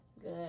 Good